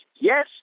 yes